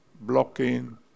blocking